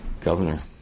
Governor